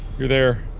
you're there.